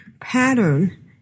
pattern